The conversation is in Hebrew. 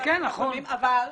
אתמול